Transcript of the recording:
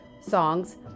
songs